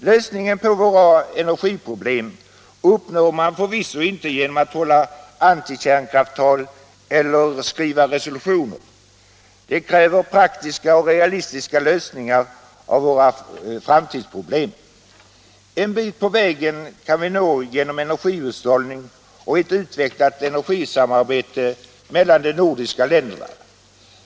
Lösningen på våra oljeproblem uppnår man förvisso inte genom att hålla antikärnkrafttal eller skriva resolutioner — det krävs praktiska och realistiska lösningar av våra framtidsproblem. En bit på vägen kan vi nå genom energihushållning och ett utvecklat energisamarbete mellan de nordiska länderna.